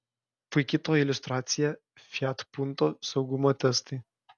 puiki to iliustracija fiat punto saugumo testai